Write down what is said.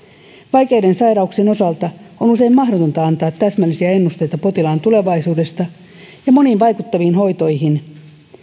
vaikeiden sairauksien osalta on usein mahdotonta antaa täsmällisiä ennusteita potilaan tulevaisuudesta ja moniin vaikuttaviin hoitoihin